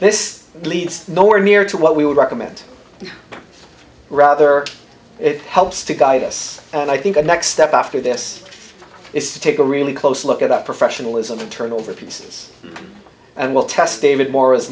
this leads nowhere near to what we would recommend rather it helps to guide us and i think the next step after this is to take a really close look at that professionalism and turn over pieces and we'll test david morris